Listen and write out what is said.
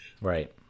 Right